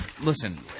Listen